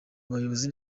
bayobozi